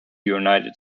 united